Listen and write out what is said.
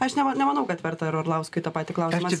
aš nema nemanau kad verta ir orlauskui į tą patį klausimą